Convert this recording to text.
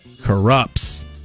corrupts